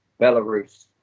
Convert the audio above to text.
belarus